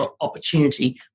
opportunity